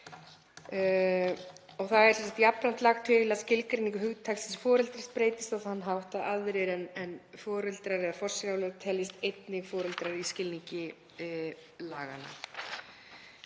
Það er jafnframt lagt til að skilgreining hugtaksins foreldris breytist á þann hátt að aðrir en foreldrar eða forsjáraðilar teljist einnig foreldrar í skilningi laganna.